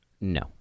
No